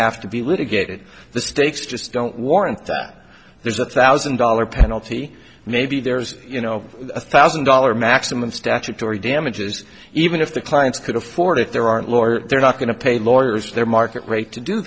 have to be litigated the stakes just don't warrant there's a thousand dollar penalty maybe there's you know a thousand dollar maximum statutory damages even if the clients could afford it there aren't lawyer they're not going to pay lawyers their market rate to do